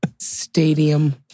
Stadium